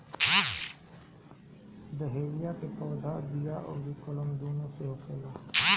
dahlia के पौधा बिया अउरी कलम दूनो से होखेला